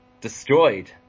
destroyed